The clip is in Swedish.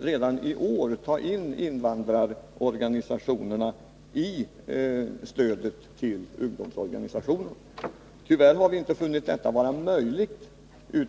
redan i år låta invandrarorganisationerna omfattas av stödet till ungdomsorganisationer. Tyvärr har vi inte funnit detta vara möjligt.